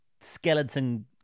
skeleton